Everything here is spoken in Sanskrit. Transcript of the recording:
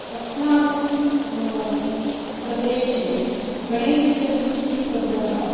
अस्माकं प्रदेशे गणेशचतुर्थीपर्वः